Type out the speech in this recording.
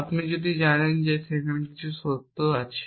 আপনি যদি জানেন যে কিছু সত্য আছে